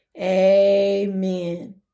Amen